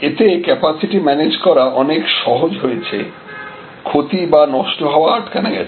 এতে capacity manage করা অনেক সহজ হয়েছে ক্ষতি বা নষ্ট হওয়া আটকানো গেছে